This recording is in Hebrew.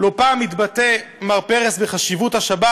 לא פעם התבטא מר פרס על חשיבות השבת